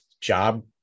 job